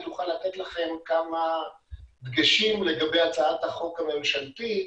היא תוכל לתת לכם כמה דגשים לגבי הצעת החוק הממשלתית